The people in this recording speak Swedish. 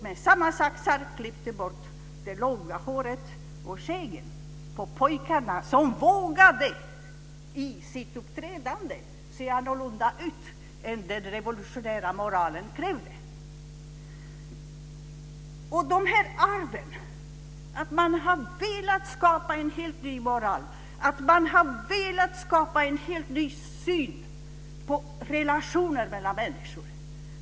Med samma saxar klippte de bort det långa håret och skäggen på de pojkar som vågade se annorlunda ut än den revolutionära moralen krävde. Man har velat skapa en helt ny moral och en helt ny syn på relationer mellan människor.